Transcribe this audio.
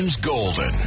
Golden